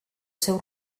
seu